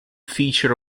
feature